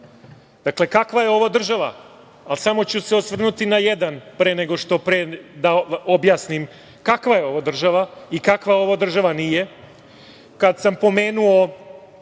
Dakle, kakva je ovo država, ali samo ću se osvrnuti na jedan pre nego što objasnim kakva je ovo država i kakva ovo država nije kada sam pomenuo